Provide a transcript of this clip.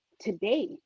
today